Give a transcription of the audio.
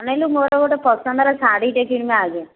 ଅନେଇଲୁ ମୋର ଗୋଟେ ପସନ୍ଦର ଶାଢ଼ୀଟେ କିଣିବା ଆଗେ